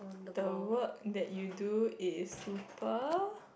the work that you do is super